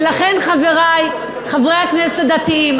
ולכן חברי חברי הכנסת הדתיים,